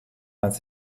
als